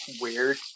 weird